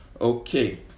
okay